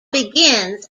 begins